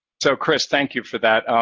so chris, thank you for that.